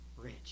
rich